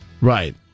Right